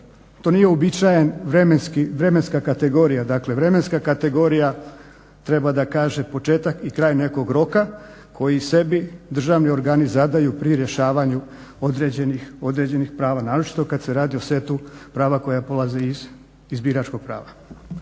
to nije uobičajena vremenska kategorija. Dakle, vremenska kategorija treba da kaže početak i kraj nekog roka koji sebi državni organi zadaju pri rješavanju određenih prava, naročito kad se radi o setu prava koja proizlaze iz biračkog prava.